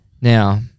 Now